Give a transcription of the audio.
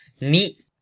Neat